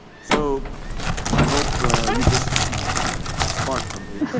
so and i hope you just you know spark something.